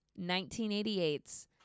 1988's